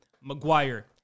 Maguire